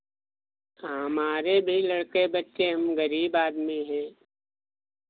हमारे भी लड़के बच्चे हम गरीब आदमी हैं